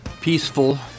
peaceful